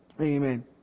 Amen